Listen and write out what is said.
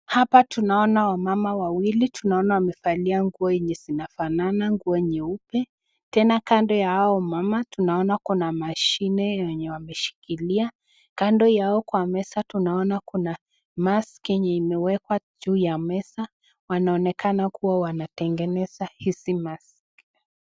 Hapa tunaona wamama wawili. Tunaona wamevalia nguo yenye zinafanana nguo nyeupe. Tena kando ya huyo mama tunaona kuna mashini ameshikilia. Kando yao kwa meza tunaona kuna [Mask] iliekwa juu ya meza. Wanaonekana kutengeneza hizi [Mask]